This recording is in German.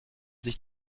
sich